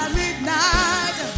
midnight